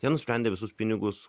jie nusprendė visus pinigus